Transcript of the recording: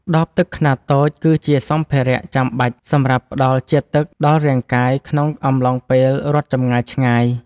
ដបទឹកខ្នាតតូចគឺជាសម្ភារៈចាំបាច់សម្រាប់ផ្តល់ជាតិទឹកដល់រាងកាយក្នុងអំឡុងពេលរត់ចម្ងាយឆ្ងាយ។